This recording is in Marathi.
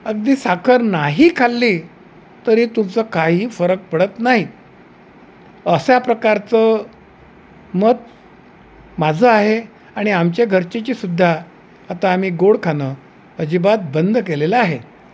अगदी साखर नाही खाल्ली तरी तुमचं काही फरक पडत नाही अशा प्रकारचं मत माझं आहे आणि आमच्या घरचेची सुद्धा आता आम्ही गोड खाणं अजिबात बंद केलेलं आहे